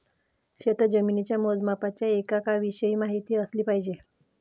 शेतजमिनीच्या मोजमापाच्या एककांविषयी माहिती असली पाहिजे